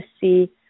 see